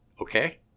Okay